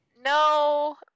no